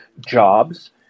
jobs